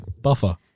buffer